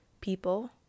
people